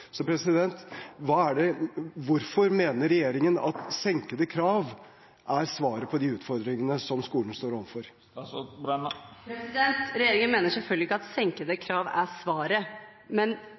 Hvorfor mener regjeringen at senkede krav er svaret på de utfordringene som skolen står overfor? Regjeringen mener selvfølgelig ikke at senkede krav er svaret, men